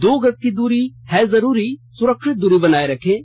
दो गज की दूरी है जरूरी सुरक्षित दूरी बनाए रखें